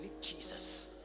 Jesus